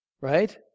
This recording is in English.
right